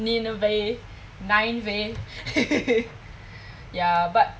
nineveh nineveh ya but